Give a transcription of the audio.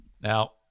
Now